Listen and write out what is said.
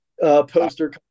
poster